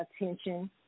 attention